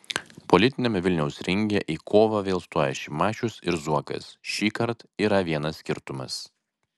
politiniame vilniaus ringe į kovą vėl stoja šimašius ir zuokas šįkart yra vienas skirtumas